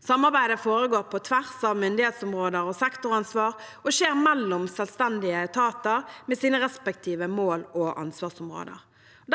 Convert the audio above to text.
Samarbeidet foregår på tvers av myndighetsområder og sektoransvar og skjer mellom selvstendige etater med sine respektive mål og ansvarsområder.